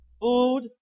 Food